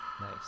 Nice